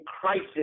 crisis